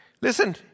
listen